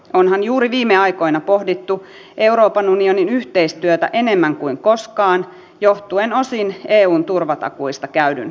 onhan juuri viime aikoina pohdittu euroopan unionin yhteistyötä enemmän kuin koskaan johtuen osin eun turvatakuista käydyn keskustelun vuoksi